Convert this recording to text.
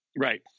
Right